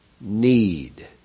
need